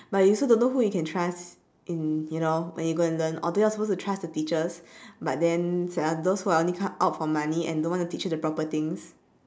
but you also don't know who you can trust in you know when you go and learn although you are supposed to trust the teachers but then those who are only come out for money and don't want to teach you the proper things